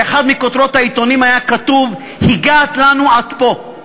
באחת מכותרות העיתונים היה כתוב: הגעת לנו עד פה.